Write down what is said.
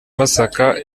masaka